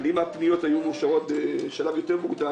אבל אם הפניות היו מאושרות בשלב יותר מוקדם